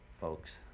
folks